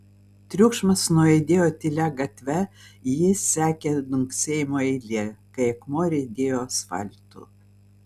triukšmas nuaidėjo tylia gatve jį sekė dunksėjimų eilė kai akmuo riedėjo asfaltu